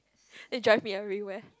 and you drive me everywhere